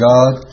God